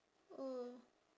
oh